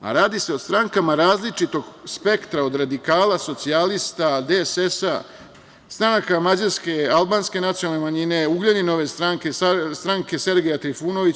a radi se o strankama različitog spektra od radikala, socijalista, DSS-a, stranaka mađarske, albanske nacionalne manjine, Ugljaninove stranke, stranke Sergeja Trifunovića.